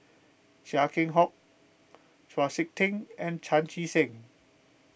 Chia Keng Hock Chau Sik Ting and Chan Chee Seng